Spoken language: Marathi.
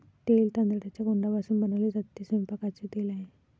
तेल तांदळाच्या कोंडापासून बनवले जाते, ते स्वयंपाकाचे तेल आहे